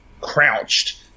crouched